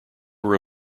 were